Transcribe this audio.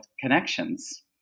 connections